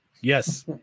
Yes